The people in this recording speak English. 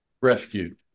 rescued